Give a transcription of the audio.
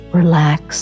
relax